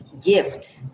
gift